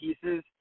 pieces